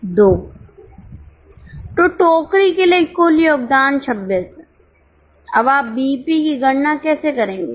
तो टोकरी के लिए कुल योगदान 26 है अब आप बीईपी की गणना कैसे करेंगे